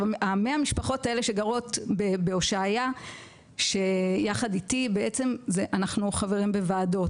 100 המשפחות האלה שגרות בהושעיה יחד איתי אנחנו חברים בוועדות,